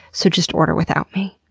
so just order without me.